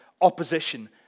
opposition